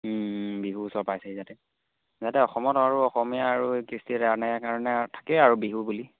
বিহুও ওচৰ পাইছেহি তাতে যাতে অসমত আৰু অসমীয়া আৰু কৃষ্টি এনেই কাৰণে থাকেই আৰু বিহু বুলি